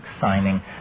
signing